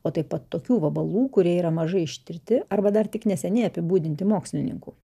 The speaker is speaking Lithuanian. o taip pat tokių vabalų kurie yra mažai ištirti arba dar tik neseniai apibūdinti mokslininkų